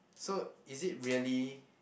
so is it really